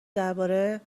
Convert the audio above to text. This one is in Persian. درباره